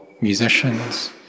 musicians